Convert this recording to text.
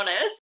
honest